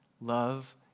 love